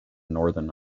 northern